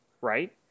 Right